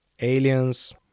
aliens